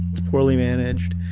it's poorly managed.